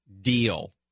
deal